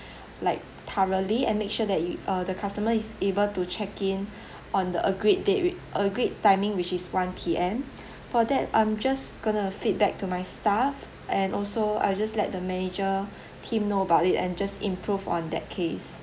like thoroughly and make sure that you uh the customer is able to check in on the agreed date with agreed timing which is one P_M for that I'm just going to feedback to my staff and also I'll just let the manager team know about it and just improve on that case